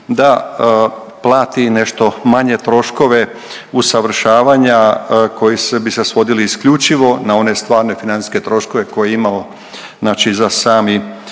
da plati nešto manje troškove usavršavanja koji bi se svodili isključivo na one stvarne financijske troškove koje imamo znači